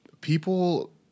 people